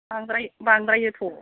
बांद्राय बांद्रायोथ'